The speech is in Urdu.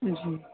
جی